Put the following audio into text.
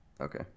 Okay